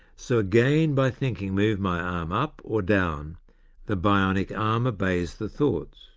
so again by thinking move my arm up or down the bionic arm obeys the thoughts.